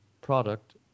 product